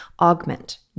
augment